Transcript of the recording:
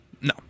No